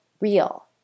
real